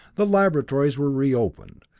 the laboratories were reopened,